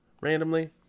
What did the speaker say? randomly